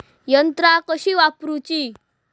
यंत्रा कशी वापरूची?